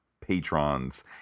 patrons